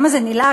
כמה זה נלעג,